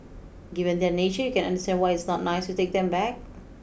given their nature you can understand why it's not nice to take them back